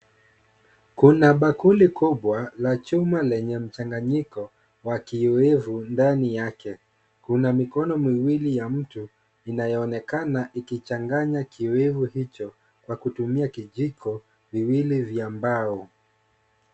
Kuna bakuli kubwa la chuma lenye mchanganyiko wa kiowevu ndani yake, kuna mikono miwili ya mtu inayoonekana ikichanganya kiowevu hicho kwa kutumia kijiko viwili vya mbao.